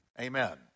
Amen